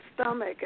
stomach